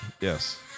yes